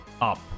up